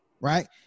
right